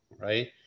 right